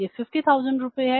यह 50000 रुपये है